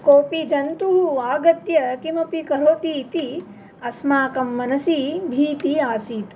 कोऽपि जन्तुः आगत्य किमपि करोति इति अस्माकं मनसि भीतिः आसीत्